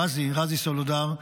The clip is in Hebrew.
רזי סולודר,